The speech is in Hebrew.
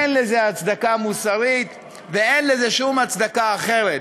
אין לזה הצדקה מוסרית ואין לזה שום הצדקה אחרת.